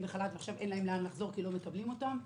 בחל"ת ועכשיו אין להם לאן לחזור כי לא מקבלים אותם?